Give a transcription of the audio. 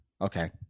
Okay